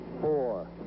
four